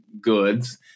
goods